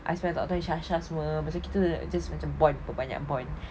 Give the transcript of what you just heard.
I spend tak tau it charge charge semua pasal kita just macam bond banyak-banyak bond